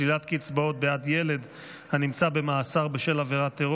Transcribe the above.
שלילת קצבאות בעד ילד הנמצא במאסר בשל עבירת טרור),